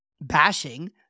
bashing